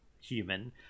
human